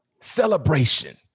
Celebration